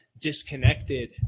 disconnected